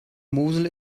mosel